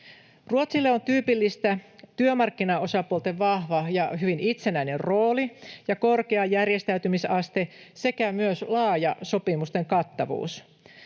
Ruotsille on tyypillistä työmarkkinaosapuolten vahva ja hyvin itsenäinen rooli ja korkea järjestäytymisaste sekä laaja sopimusten kattavuus.